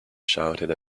shouted